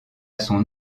son